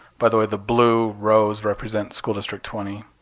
by the way, the blue rows represent school district twenty.